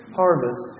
harvest